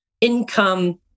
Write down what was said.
income